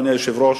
אדוני היושב-ראש,